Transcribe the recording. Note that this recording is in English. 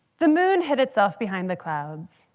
the moon hid itself behind the clouds.